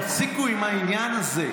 תפסיקו עם העניין הזה.